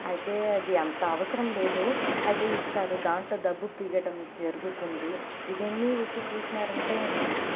అయితే అది అంత అవసరం లేదు అయితే ఇస్తారు దాంట్లో దబ్బు పీగటం జరుగుతుంది ఇదేన్ని వచ్చి చూశారంటే